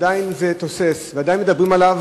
עדיין זה תוסס ועדיין מדברים עליו,